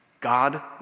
God